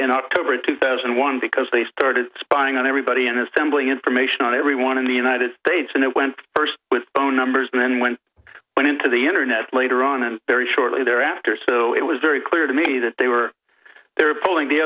in october of two thousand and one because they started spying on everybody and his family information on everyone in the united states and it went first with phone numbers and then when i went into the internet later on and very shortly thereafter so it was very clear to me that they were there pulling the